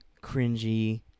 cringy